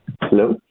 Hello